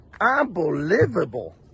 Unbelievable